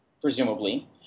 presumably